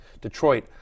Detroit